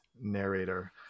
narrator